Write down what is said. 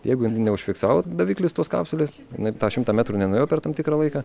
jeigu neužfiksavo daviklis tos kapsulėsjinai tą šimtą metrų nenuėjau per tam tikrą laiką